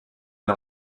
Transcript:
une